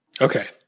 Okay